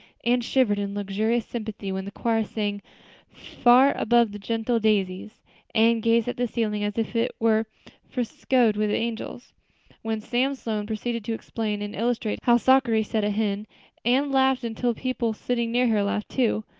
anne shivered in luxurious sympathy when the choir sang far above the gentle daisies anne gazed at the ceiling as if it were frescoed with angels when sam sloane proceeded to explain and illustrate how sockery set a hen anne laughed until people sitting near her laughed too,